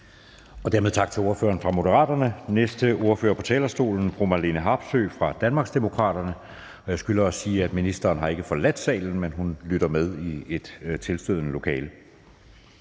Dermed tak til ordføreren for Moderaterne. Næste ordfører på talerstolen er fru Marlene Harpsøe fra Danmarksdemokraterne. Jeg skylder at sige, at ministeren ikke har forladt salen, men lytter med i et tilstødende lokale.